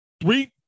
three